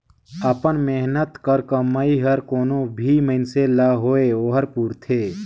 अपन मेहनत कर कमई हर कोनो भी मइनसे ल होए ओहर पूरथे